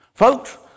Folks